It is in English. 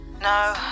No